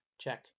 check